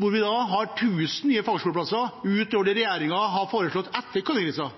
med 1 000 nye fagskoleplasser utover det regjeringen har foreslått, etter